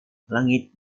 langit